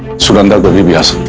sunanda believed yeah